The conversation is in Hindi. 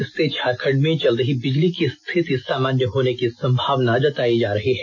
इससे झारखंड में जल्द ही बिजली की रिथिति सामान्य होने की संभावना जतायी जा रही है